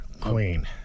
queen